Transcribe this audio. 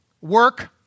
Work